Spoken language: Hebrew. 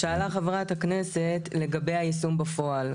שאלה חברת הכנסת לגבי היישום בפועל,